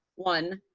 one,